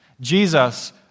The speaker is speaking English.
Jesus